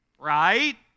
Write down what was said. Right